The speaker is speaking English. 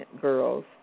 girls